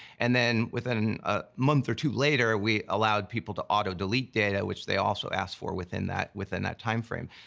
and then within a ah month or two later, we allowed people to auto-delete data, which they also asked for within that, within that time frame.